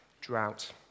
drought